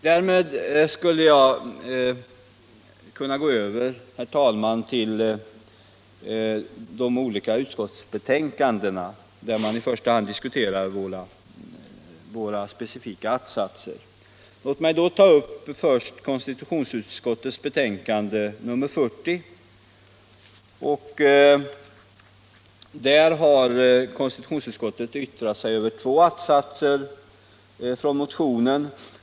Härmed skulle jag kunna gå över till de olika utskottsbetänkandena, där man i första hand tar upp våra specifika att-satser till diskussion. Låt mig först kommentera konstitutionsutskottets betänkande nr 40. Där har konstitutionsutskottet yttrat sig över två attsatser i motionen.